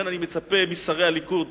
לכן אני מצפה משרי הליכוד,